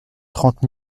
trente